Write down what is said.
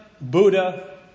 Buddha